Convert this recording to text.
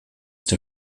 der